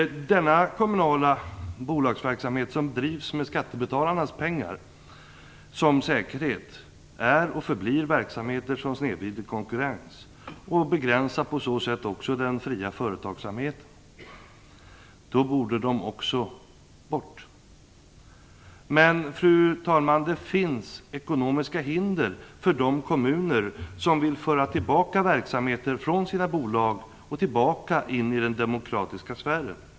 Denna kommunala bolagsverksamhet, som drivs med skattebetalarnas pengar som säkerhet, är och förblir verksamheter som snedvrider konkurrens och begränsar på så sätt också den fria företagsamheten. Därför borde dessa verksamheter upphöra. Men, fru talman, det finns ekonomiska hinder för de kommuner som vill föra tillbaka verksamheter från sina bolag till den demokratiska sfären.